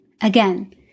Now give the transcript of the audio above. Again